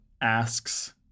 asks